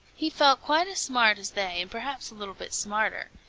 he felt quite as smart as they and perhaps a little bit smarter.